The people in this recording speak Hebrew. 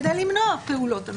כדי למנוע פעולות.